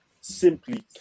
simply